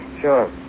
Sure